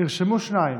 נרשמו שניים: